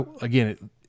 again